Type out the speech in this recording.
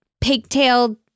pigtailed